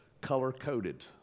color-coded